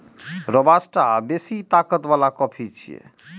robusta बेसी ताकत बला कॉफी छियै